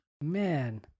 Man